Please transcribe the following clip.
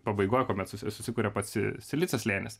pabaigoj kuomet susi susikuria pats silicio slėnis